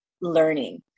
learning